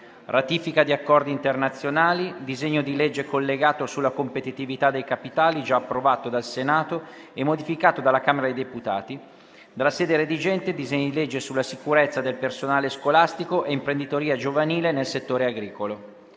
ratifiche di accordi internazionali; disegno di legge collegato sulla competitività dei capitali, già approvato dal Senato e modificato dalla Camera dei deputati; dalla sede redigente, disegni di legge sulla sicurezza del personale scolastico e imprenditoria giovanile nel settore agricolo.